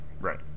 Right